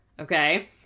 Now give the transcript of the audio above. okay